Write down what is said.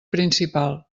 principal